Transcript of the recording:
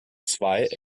zwei